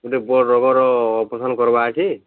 ଗୋଟେ ବଡ୍ ରୋଗର ଅପରେସନ୍ କର୍ବାର୍ ଅଛି